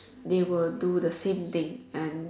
they will do the same thing and